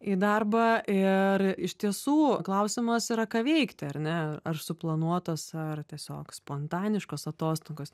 į darbą ir iš tiesų klausimas yra ką veikti ar ne ar suplanuotos ar tiesiog spontaniškos atostogos